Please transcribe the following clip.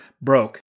broke